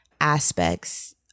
aspects